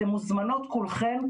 אתן מוזמנות כולכן,